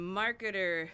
marketer